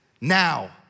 now